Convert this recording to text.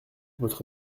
votre